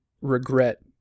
regret